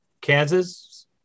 Kansas